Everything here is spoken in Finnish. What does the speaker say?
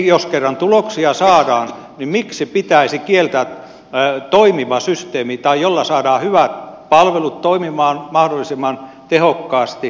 jos kerran tuloksia saadaan niin miksi pitäisi kieltää toimiva systeemi tai sellainen jolla saadaan hyvät palvelut toimimaan mahdollisimman tehokkaasti